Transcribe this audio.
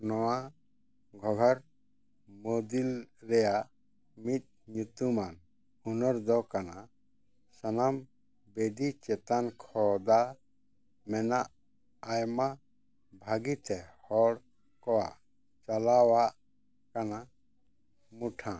ᱱᱚᱣᱟ ᱜᱚᱸᱜᱷᱟᱨ ᱢᱩᱫᱤᱞ ᱨᱮᱭᱟᱜ ᱢᱤᱫ ᱧᱩᱛᱩᱢᱟᱱ ᱦᱩᱱᱟᱹᱨ ᱫᱚ ᱠᱟᱱᱟ ᱥᱟᱱᱟᱢ ᱵᱮᱫᱤ ᱪᱮᱛᱟᱱ ᱠᱷᱚᱫᱟ ᱢᱮᱱᱟᱜ ᱟᱭᱢᱟ ᱵᱷᱟᱹᱜᱤᱛᱮ ᱦᱚᱲ ᱠᱚᱣᱟᱜ ᱪᱟᱞᱟᱣᱟᱜ ᱠᱟᱱᱟ ᱢᱩᱴᱷᱟᱹᱱ